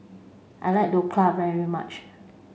I like Dhokla very much